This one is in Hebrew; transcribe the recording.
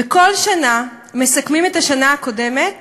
בכל שנה מסכמים את השנה הקודמת